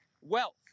wealth